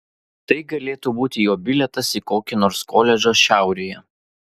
tai galėtų būti jo bilietas į kokį nors koledžą šiaurėje